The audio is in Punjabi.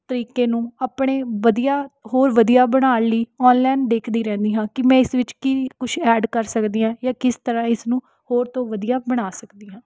ਤਰੀਕੇ ਨੂੰ ਆਪਣੇ ਵਧੀਆ ਹੋਰ ਵਧੀਆ ਬਣਾਉਣ ਲਈ ਔਨਲਾਇਨ ਦੇਖਦੀ ਰਹਿੰਦੀ ਹਾਂ ਕਿ ਮੈਂ ਇਸ ਵਿੱਚ ਕੀ ਕੁਝ ਐਡ ਕਰ ਸਕਦੀ ਐ ਜਾਂ ਕਿਸ ਤਰ੍ਹਾਂ ਇਸ ਨੂੰ ਹੋਰ ਤੋਂ ਵਧੀਆ ਬਣਾ ਸਕਦੀ ਹਾਂ